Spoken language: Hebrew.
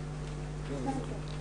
אשדוד.